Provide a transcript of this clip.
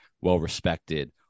well-respected